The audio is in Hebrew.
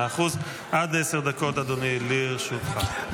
עד עשר דקות, אדוני, לרשותך.